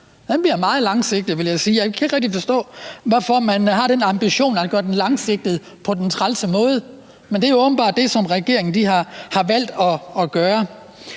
den bliver meget langsigtet, vil jeg sige. Jeg kan ikke rigtig forstå, hvorfor man har den ambition om at gøre den langsigtet på den trælse måde, men det er jo åbenbart det, som regeringen har valgt at gøre.